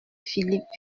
philippe